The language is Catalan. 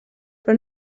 però